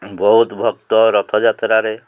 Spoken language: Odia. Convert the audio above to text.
ବହୁତ ଭକ୍ତ ରଥଯାତ୍ରାରେ